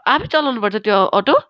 आफै चलाउनु पर्छ त्यो अटो